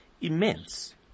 immense